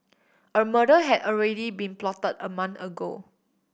a murder had already been plotted a month ago